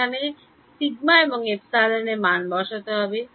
এখানে এবং এর মান বসাতে হবে